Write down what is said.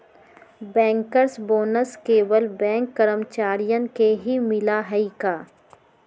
Bankers bonus केवल bank कर्मचारियन के ही मिला हई का?